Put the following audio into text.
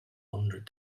hundred